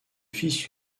fils